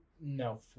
no